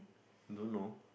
don't know